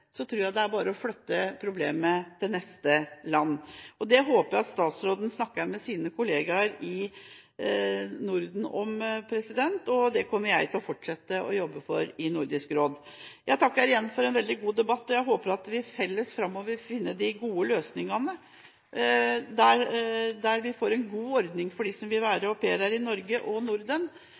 tror jeg det er bare å flytte problemet til neste land. Det håper jeg at statsråden snakker med sine kolleger i Norden om, og dette kommer jeg til å fortsette å jobbe for i Nordisk råd. Jeg takker igjen for en veldig god debatt, og jeg håper vi felles framover finner de gode løsningene, der vi får en god ordning for dem som vil være au pairer i Norge og Norden,